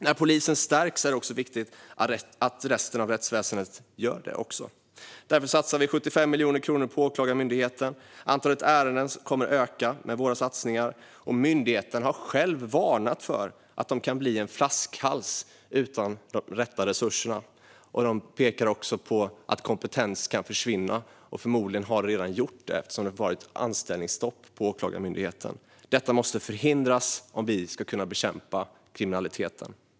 När polisen stärks är det viktigt att resten av rättsväsendet också stärks. Därför satsar vi 75 miljoner kronor på Åklagarmyndigheten. Antalet ärenden kommer att öka med våra satsningar. Man har från myndigheten själv varnat för att den kan bli en flaskhals utan rätt resurser och pekar också på att kompetens kan försvinna - förmodligen har det redan gjort det eftersom det har varit anställningsstopp på Åklagarmyndigheten. Detta måste förhindras om vi ska kunna bekämpa kriminaliteten.